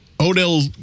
Odell